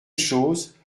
chose